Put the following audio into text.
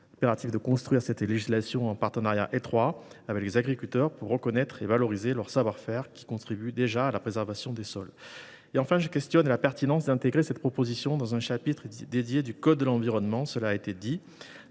impératif de construire cette législation en partenariat étroit avec les agriculteurs, en reconnaissant et valorisant leurs savoir faire, qui contribuent déjà à la préservation des sols. Enfin, je m’interroge sur la pertinence d’intégrer cette proposition dans un chapitre spécifique du code de l’environnement. La mise